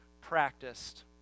practiced